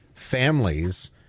Families